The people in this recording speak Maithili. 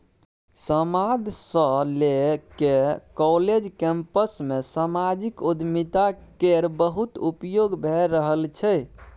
समाद सँ लए कए काँलेज कैंपस मे समाजिक उद्यमिता केर बहुत उपयोग भए रहल छै